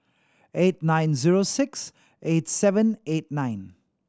eight nine zero six eight seven eight nine